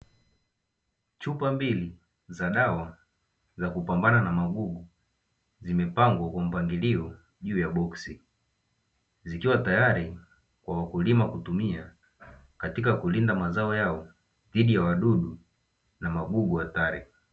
Chupa mbili za dawa za kupambana na magugu zimepangwa kwa mpangilio juu ya boksi, zikiwa tayari kwa wakulima kutumia katika kulinda mazao yao zidi ya wadudu na magugu hatari.